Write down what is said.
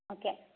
okay